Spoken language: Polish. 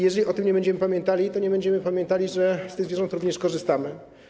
Jeżeli nie będziemy o tym pamiętali, to nie będziemy pamiętali, że z tych zwierząt również korzystamy.